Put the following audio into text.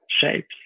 shapes